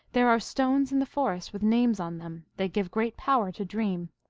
there are stones in the forest with names on them. they give great power to dream.